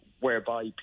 whereby